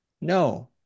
No